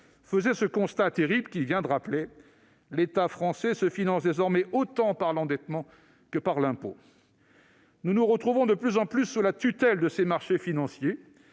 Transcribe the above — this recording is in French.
faisait ce constat terrible, qu'il vient de rappeler : l'État français se finance désormais autant par l'endettement que par l'impôt. Nous nous retrouvons de plus en plus sous la tutelle de ces marchés financiers